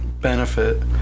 benefit